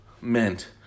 meant